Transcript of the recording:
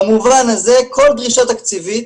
במובן הזה כל דרישה תקציבית,